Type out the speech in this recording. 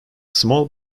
small